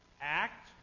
act